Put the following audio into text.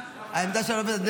העמדה שלה לא עובדת.